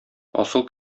асыл